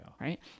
right